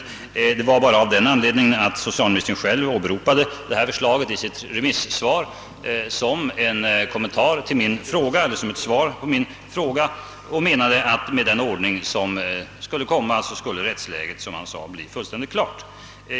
Jag tar upp saken bara av den anledningen att socialministern själv i sitt svar åberopade detta förslag som ett besked till mig och menade att med den däri skisserade ordningen skulle rättsläget — som han sade — bli fullständigt klart.